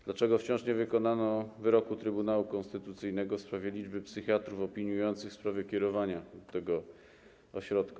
Dlaczego wciąż nie wykonano wyroku Trybunału Konstytucyjnego w sprawie liczby psychiatrów opiniujących kierowanie tego ośrodka?